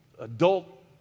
adult